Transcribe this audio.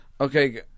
Okay